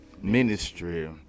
Ministry